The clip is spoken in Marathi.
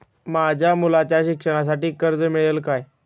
माझ्या मुलाच्या शिक्षणासाठी कर्ज मिळेल काय?